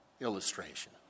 illustration